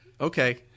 Okay